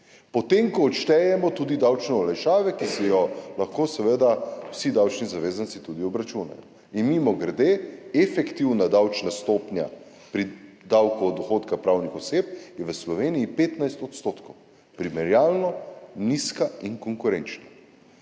potem ko odštejemo tudi davčno olajšavo, ki si jo lahko seveda vsi davčni zavezanci tudi obračunajo. In mimogrede, efektivna davčna stopnja pri davku od dohodka pravnih oseb je v Sloveniji 15 %, primerjalno nizka in konkurenčna.